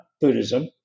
Buddhism